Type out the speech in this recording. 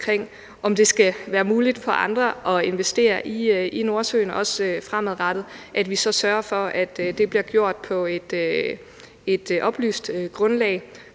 om det skal være muligt for andre at investere i Nordsøen, også fremadrettet, er i modstrid med, at vi så sørger for, at det bliver gjort på et oplyst grundlag,